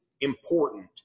important